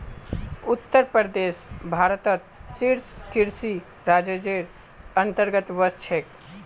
उत्तर प्रदेश भारतत शीर्ष कृषि राज्जेर अंतर्गतत वश छेक